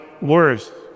worth